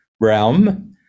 realm